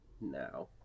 now